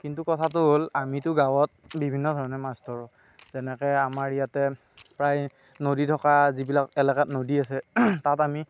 কিন্তু কথাটো হ'ল আমিতো গাঁৱত বিভিন্ন ধৰণে মাছ ধৰোঁ যেনেকৈ আমাৰ ইয়াতে প্ৰায় নদী থকা যিবিলাক এলেকাত নদী আছে তাত আমি